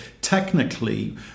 technically